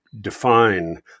define